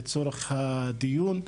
לצורך הדיון.